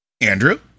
Andrew